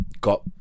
got